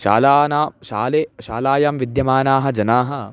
शालानां शाले शालायां विद्यमानाः जनाः